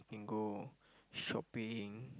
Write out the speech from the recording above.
and go shopping